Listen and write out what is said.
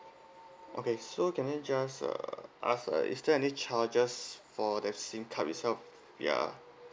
okay so can I just uh ask uh is there any charges for that SIM card itself ya